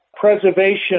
Preservation